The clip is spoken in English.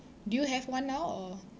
do you have one now or